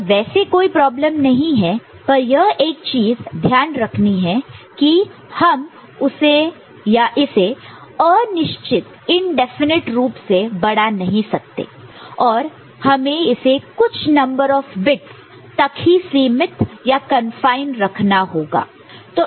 तो वैसे कोई प्रॉब्लम नहीं है पर यह एक चीज ध्यान रखनी है कि हम इसे अनिश्चित डेफिनेट indefinite रूप से बढा नहीं सकते और हमें इसे कुछ नंबर ऑफ बिट्स तक ही सीमित कन्फाइंड confine रखना होगा